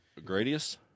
Gradius